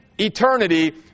eternity